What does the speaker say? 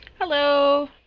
Hello